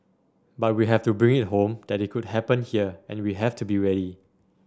but we have to bring it home that it could happen here and we have to be ready